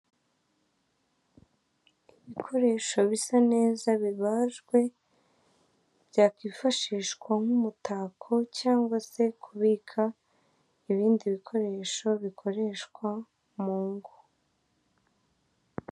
Ibikoresho bisa neza bibajwe byakifashishwa nk'umutako cyangwa se kubika ibindi bikoresho bikoreshwa mu ngo.